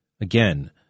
again